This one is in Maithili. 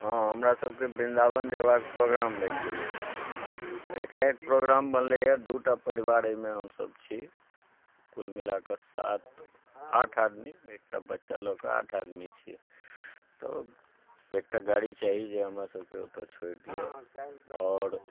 हँ हमरा सबके वृन्दावन जेबाके प्रोग्राम बनि गेलै एकाएक प्रोग्राम बनलैए दूटा परिवार अइमे हमसब छी कुल मिलाकऽ सात आठ आदमी एकटा बच्चा लअ के आठ आदमी छी तऽ एकटा गाड़ी चाही जे हमरा सबके ओतय छोड़ि दिए आओर